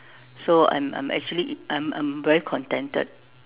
so I'm I'm actually I'm I'm very contented